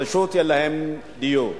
פשוט כי אין להם דיור.